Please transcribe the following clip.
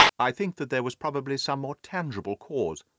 i think that there was probably some more tangible cause.